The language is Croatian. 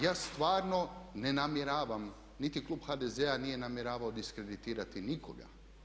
Ja stvarno ne namjeravam niti klub HDZ-a nije namjeravao diskreditirati nikoga.